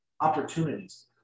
opportunities